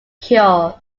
cured